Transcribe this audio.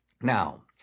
Now